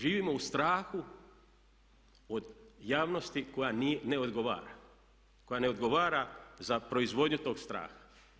Živimo u strahu od javnosti koja ne odgovara, koja ne odgovara za proizvodnju tog straha.